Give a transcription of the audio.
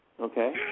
Okay